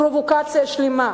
פרובוקציה שלמה.